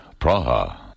Praha